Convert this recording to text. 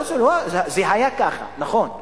זה היה כך, נכון.